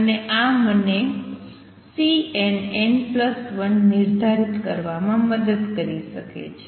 અને આ મને Cnn1 નિર્ધારિત કરવામાં મદદ કરી શકે છે